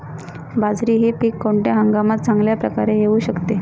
बाजरी हे पीक कोणत्या हंगामात चांगल्या प्रकारे येऊ शकते?